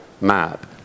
map